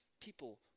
people